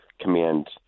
command